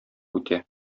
үтә